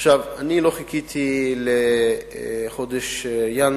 עכשיו, אני לא חיכיתי לחודש ינואר.